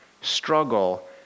struggle